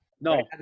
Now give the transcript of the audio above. No